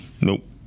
Nope